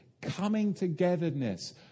coming-togetherness